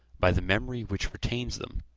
by the memory which retains them,